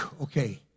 Okay